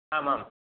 आमाम्